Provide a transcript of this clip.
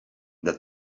that